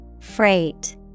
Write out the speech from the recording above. Freight